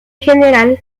general